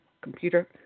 computer